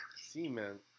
Cement